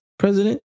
president